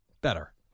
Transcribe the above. better